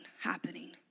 happening